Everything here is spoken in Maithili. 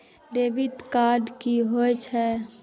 डैबिट कार्ड की होय छेय?